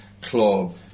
club